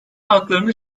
aklarını